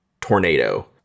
tornado